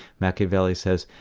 machiavelli says,